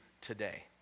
today